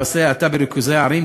פסי האטה בריכוזי ערים,